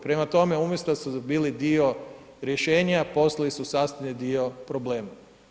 Prema tome, umjesto da su bili dio rješenja postali su sastavni dio problema.